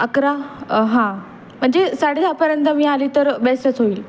अकरा हां म्हणजे साडेदहापर्यंत मिळाली तर बेस्टच होईल